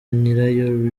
nyirayo